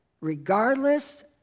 regardless